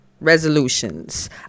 resolutions